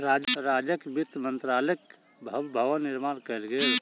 राज्यक वित्त मंत्रालयक भव्य भवन निर्माण कयल गेल